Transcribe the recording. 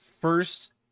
first